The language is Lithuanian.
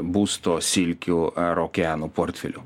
būsto silkių ar okeano portfelių